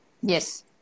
yes